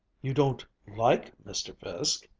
you don't like mr. fiske?